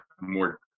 more